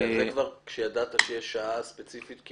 זה כבר כשידעת שיש שעה ספציפית,